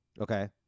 okay